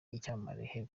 icyamamare